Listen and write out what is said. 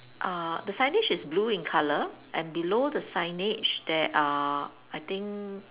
uh the signage is blue in color and below the signage there are I think